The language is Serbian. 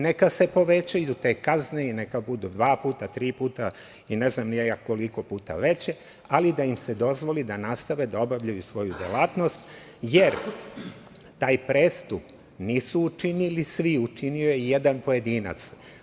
Neka se povećaju te kazne i neka budu dva puta, tri puta i ne znam ni ja koliko puta veće, ali da im se dozvoli da nastave da obavljaju svoju delatnost, jer taj prestup nisu učinili svi, učinio je jedan pojedinac.